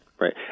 Right